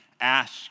ask